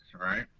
right